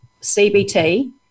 CBT